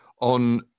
on